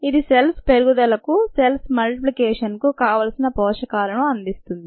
ఇది సెల్స్ పెరుగుదలకు సెల్స్ మల్టిప్లికేషన్కు కావాల్సిన పోషకాలను అందిస్తుంది